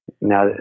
Now